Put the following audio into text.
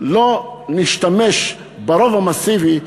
לא נשתמש ברוב המסיבי,